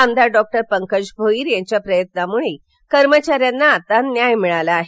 आमदार डॉ पंकज भोयर यांच्या प्रयत्नामुळे कर्मचाऱ्यांना आता न्याय मिळाला आहे